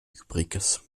übriges